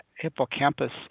hippocampus